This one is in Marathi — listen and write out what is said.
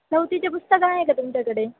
चवथीचे पुस्तक आहे का तुमच्याकडे